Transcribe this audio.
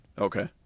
Okay